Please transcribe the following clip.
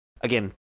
Again